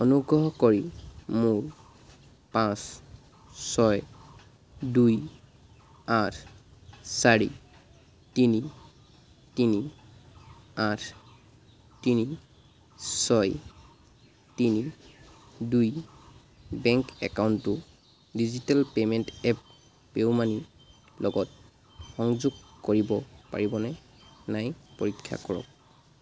অনুগ্ৰহ কৰি মোৰ পাঁচ ছয় দুই আঠ চাৰি তিনি তিনি আঠ তিনি ছয় তিনি দুই বেংক একাউণ্টটো digital payment app Pay U মানিৰ লগত সংযোগ কৰিব পাৰিনে নাই পৰীক্ষা কৰক